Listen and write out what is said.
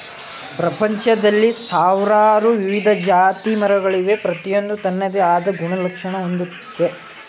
ಪ್ರಪಂಚ್ದಲ್ಲಿ ಸಾವ್ರಾರು ವಿವಿಧ ಜಾತಿಮರಗಳವೆ ಪ್ರತಿಯೊಂದೂ ತನ್ನದೇ ಆದ್ ಗುಣಲಕ್ಷಣ ಹೊಂದಯ್ತೆ